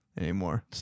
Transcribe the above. anymore